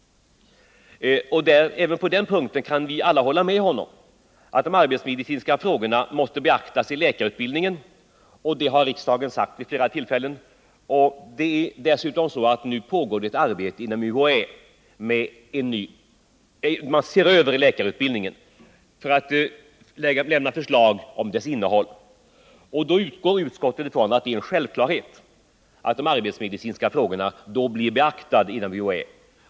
Vi kan alla hålla med honom om att de arbetsmedicinska frågorna måste beaktas i läkarutbildningen. Det har riksdagen sagt vid flera tillfällen. Dessutom pågår inom UHÄ en översyn av läkarutbildningen med syfte att framlägga förslag om dess innehåll. Utskottet utgår som en självklarhet ifrån att de arbetsmedicinska frågorna beaktas inom UHÄ.